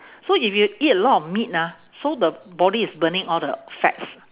so if you eat a lot of meat ah so the body is burning all the fats